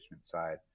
side